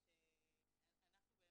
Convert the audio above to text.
לךָ שאנחנו,